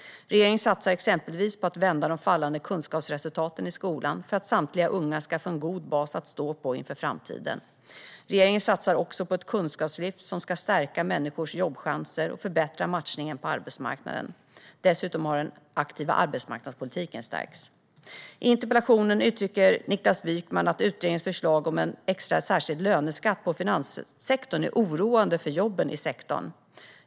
Regeringen satsar exempelvis på att vända de fallande kunskapsresultaten i skolan för att samtliga unga ska få en god bas att stå på inför framtiden. Regeringen satsar också på ett kunskapslyft som ska stärka människors jobbchanser och förbättra matchningen på arbetsmarknaden. Dessutom har den aktiva arbetsmarknadspolitiken stärkts. I interpellationen uttrycker Niklas Wykman att utredningens förslag om en extra särskild löneskatt på finanssektorn är oroande för jobben i sektorn.